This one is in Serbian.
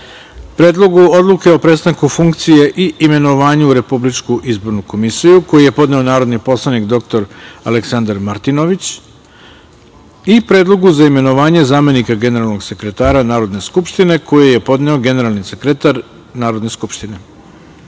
Predlogu odluke o prestanku funkcije i imenovanju u Republičku izbornu komisiju, koji je podneo narodni poslanik dr Aleksandar Martinović i Predlogu za imenovanje zamenika generalnog sekretara Narodne skupštine, koji je podneo generalni sekretar Narodne skupštine. Da